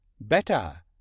Better